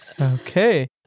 Okay